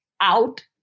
out